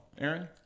Aaron